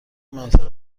منطقه